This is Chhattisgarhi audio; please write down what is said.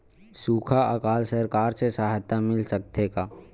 सुखा अकाल सरकार से सहायता मिल सकथे का?